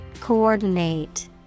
Coordinate